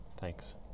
Thanks